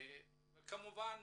כמובן